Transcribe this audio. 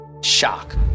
shock